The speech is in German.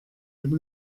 den